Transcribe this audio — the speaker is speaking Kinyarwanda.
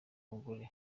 umugore